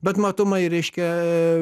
bet matomai reiškia